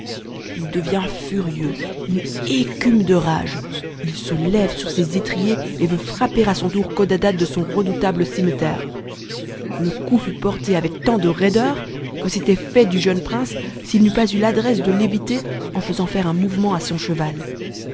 h devient furieux il écume de rage il se lève sur ses étriers et veut happer à son tour codadad de son redoutable cimeterre le coup fut porté avec tant de raideur'que c'était fait du jeune prince s'il n'eût pas eu l'adresse de éviter en faisant faire un mouvement à son cheval